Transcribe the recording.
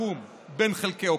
לקום בין חלקי האופוזיציה,